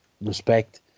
Respect